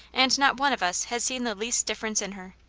and not one of us has seen the least difference in her.